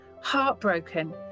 heartbroken